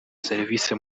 serivise